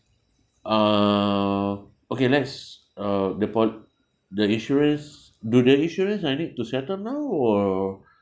uh okay let's uh depo~ the insurance do the insurance I need to settle now or